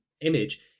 image